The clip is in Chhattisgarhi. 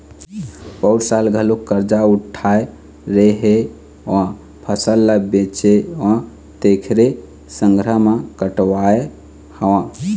पउर साल घलोक करजा उठाय रेहेंव, फसल ल बेचेंव तेखरे संघरा म कटवाय हँव